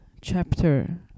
chapter